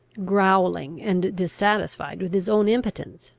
growling and dissatisfied with his own impotence,